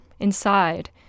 Inside